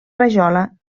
rajola